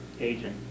agent